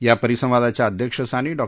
या परिसंवादाच्या आध्यक्षस्थानी डॉ